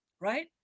Right